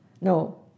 No